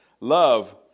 Love